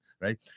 right